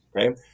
Okay